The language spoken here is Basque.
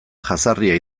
jazarria